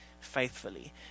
faithfully